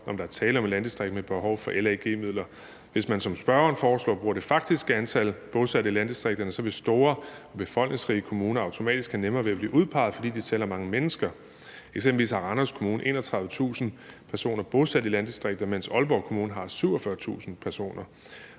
om der er tale om et landdistrikt med behov for LAG-midler. Hvis man, som spørgeren foreslår det, bruger det faktiske antal bosatte i landdistrikterne, så vil store befolkningsrige kommuner automatisk have nemmere ved at blive udpeget, fordi de tæller mange mennesker. Eksempelvis har Randers Kommune 31.000 personer bosat i landdistrikter, mens Aalborg Kommune har 47.000 personer.